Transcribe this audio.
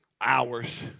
hours